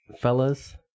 fellas